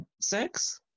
sex